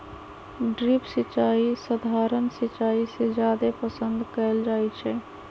drip सिंचाई सधारण सिंचाई से जादे पसंद कएल जाई छई